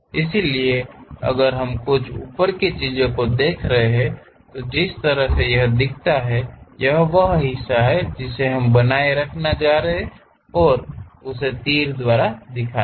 इसलिए अगर हम कुछ ऊपर की चीजों को देख रहे हैं तो जिस तरह से यह दिखता है यह वह हिस्सा है जिसे हम बनाए रखने जा रहे हैं उसे तीरों द्वारा दिखाना है